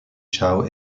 chao